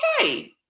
okay